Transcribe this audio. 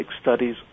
studies